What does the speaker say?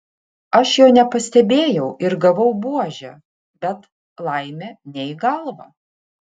aš jo nepastebėjau ir gavau buože bet laimė ne į galvą